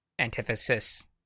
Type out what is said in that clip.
antithesis